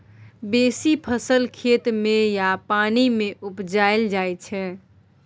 बेसी फसल खेत मे या पानि मे उपजाएल जाइ छै